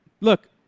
look